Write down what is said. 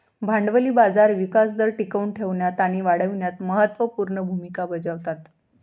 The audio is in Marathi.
भांडवली बाजार विकास दर टिकवून ठेवण्यात आणि वाढविण्यात महत्त्व पूर्ण भूमिका बजावतात